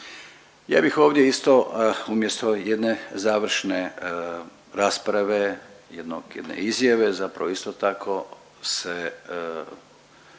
Ja bih ovdje isto umjesto jedne završne rasprave, jedne izjave zapravo isto tako se